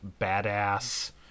badass